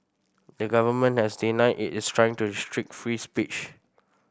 the government has denied it is trying to restrict free speech